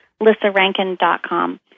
lissarankin.com